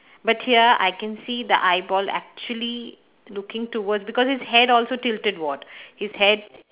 but here I can see the eyeball actually looking towards because his head also tilted what his head